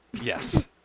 Yes